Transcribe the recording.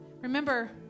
Remember